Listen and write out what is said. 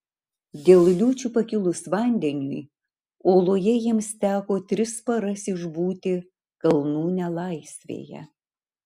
dėl liūčių pakilus vandeniui oloje jiems teko tris paras išbūti kalnų nelaisvėje